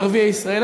ערביי ישראל.